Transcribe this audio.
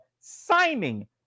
signing